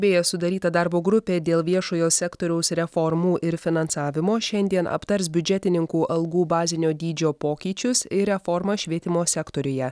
beje sudaryta darbo grupė dėl viešojo sektoriaus reformų ir finansavimo šiandien aptars biudžetininkų algų bazinio dydžio pokyčius ir reformą švietimo sektoriuje